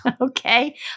Okay